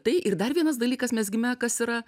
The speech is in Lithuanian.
tai ir dar vienas dalykas mezgime kas yra